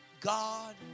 God